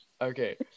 Okay